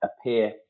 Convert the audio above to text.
appear